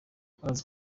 akazi